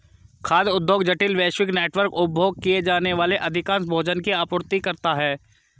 खाद्य उद्योग जटिल, वैश्विक नेटवर्क, उपभोग किए जाने वाले अधिकांश भोजन की आपूर्ति करता है